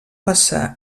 passar